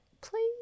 please